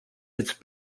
its